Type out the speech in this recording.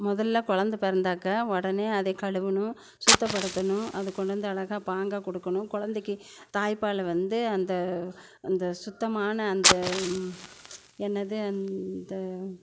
மொதலில் குழந்த பிறந்தாக்கா உடனே அதை கழுவணும் சுத்தப்படுத்தணும் அதை கொண்டார்ந்து அழகாக பாங்காக கொடுக்கணும் குழந்தைக்கி தாய்பாலை வந்து அந்த அந்த சுத்தமான அந்த என்னது அந்த